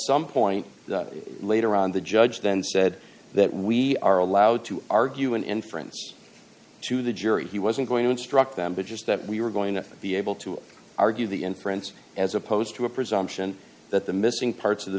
some point later on the judge then said that we are allowed to argue an inference to the jury he wasn't going to instruct them but just that we were going to be able to argue the inference as opposed to a presumption that the missing parts of the